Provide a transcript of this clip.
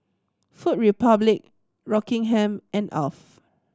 Food Republic Rockingham and Alf